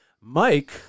Mike